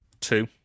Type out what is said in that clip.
Two